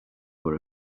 were